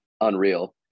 unreal